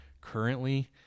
currently